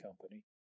company